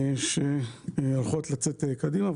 שהולכות לצאת קדימה.